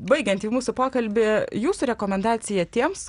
baigiant jau mūsų pokalbį jūsų rekomendacija tiems